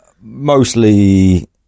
Mostly